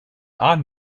odd